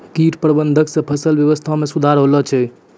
कीट प्रबंधक से फसल वेवस्था मे सुधार होलो छै